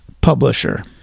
Publisher